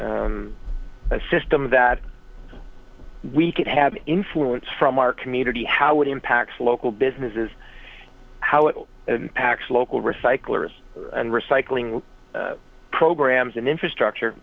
a system that we could have an influence from our community how it impacts local businesses how it impacts local recyclers and recycling programs and infrastructure